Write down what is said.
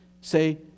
say